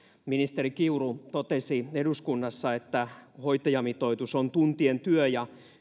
ministeri kiuru totesi eduskunnassa että hoitajamitoitus on tuntien työ ja